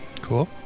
cool